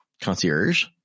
concierge